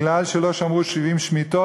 מכיוון שלא שמרו 70 שמיטות,